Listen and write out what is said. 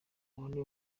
abone